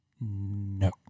No